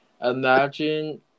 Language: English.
Imagine